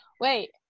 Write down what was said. wait